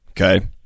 Okay